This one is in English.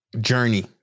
journey